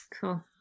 Cool